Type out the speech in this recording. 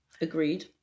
agreed